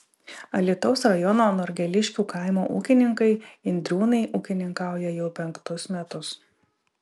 alytaus rajono norgeliškių kaimo ūkininkai indriūnai ūkininkauja jau penktus metus